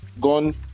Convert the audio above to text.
gone